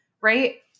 right